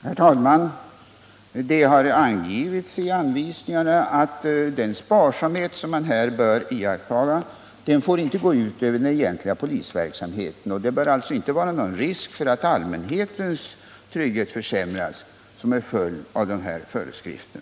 Herr talman! Det har angivits i anvisningarna att den sparsamhet som man här bör iaktta inte får gå ut över den egentliga polisverksamheten. Det bör därför inte föreligga någon risk för att allmänhetens trygghet minskas till följd av dessa föreskrifter.